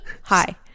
hi